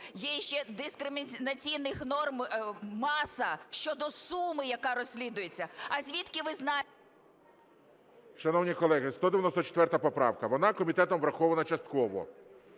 є ще дискримінаційних норм маса щодо суми, яка розслідується. А звідки ви знаєте… ГОЛОВУЮЧИЙ. Шановні колеги, 194 поправка, вона комітетом врахована частково,